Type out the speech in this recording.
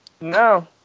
No